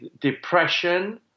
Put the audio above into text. depression